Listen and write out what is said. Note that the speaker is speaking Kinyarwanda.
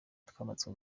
twamaze